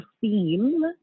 theme